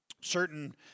certain